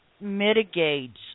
mitigates